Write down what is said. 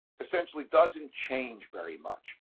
essentially doesn't change very much,